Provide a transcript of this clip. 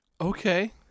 Okay